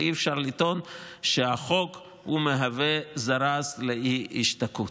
ואי-אפשר לטעון שהחוק מהווה זרז לאי-השתקעות.